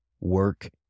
work